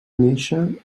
néixer